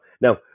Now